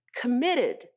committed